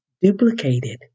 duplicated